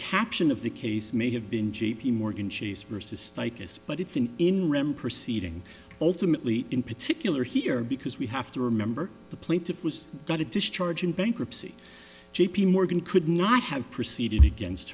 caption of the case may have been j p morgan chase versus strikers but it's an interim proceeding ultimately in particular here because we have to remember the plaintiff was got a discharge in bankruptcy j p morgan could not have proceeded against